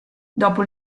dopo